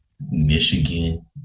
Michigan